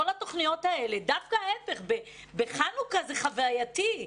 דווקא בחנוכה זה חווייתי.